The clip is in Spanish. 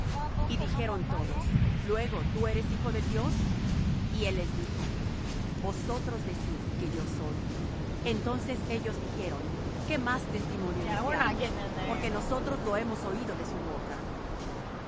y dijeron todos luego tú eres hijo de dios y él les dijo vosotros decís que yo soy entonces ellos dijeron qué más testimonio deseamos porque nosotros lo hemos oído de su boca